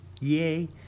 Yay